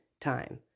time